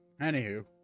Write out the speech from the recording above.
Anywho